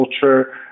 culture